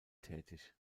tätig